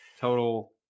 Total